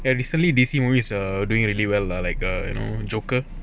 ya recently disney movies are doing really well lah like uh you know joker